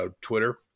Twitter